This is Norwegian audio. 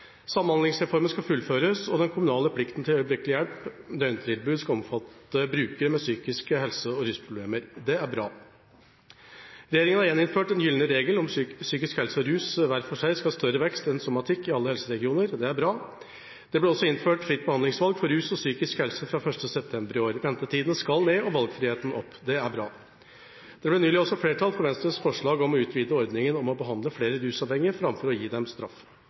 Samhandlingsreformen skal fullføres, og den kommunale plikten til øyeblikkelig hjelp og døgntilbud skal omfatte brukere med psykiske helse- og rusproblemer. Det er bra. Regjeringa har gjeninnført den gylne regel om at psykisk helse og rus hver for seg skal ha større vekst enn somatikk i alle helseregioner, og det er bra. Det blir også innført fritt behandlingsvalg for rus og psykisk helse fra 1. september i år. Ventetida skal ned og valgfriheten opp. Det er bra. Det ble nylig også flertall for Venstres forslag om å utvide ordningen om å behandle flere rusavhengige framfor å gi dem straff.